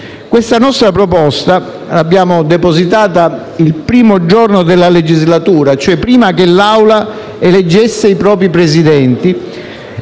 Questa nostra proposta l'abbiamo depositata il primo giorno della legislatura, cioè prima che l'Assemblea eleggesse i propri Presidenti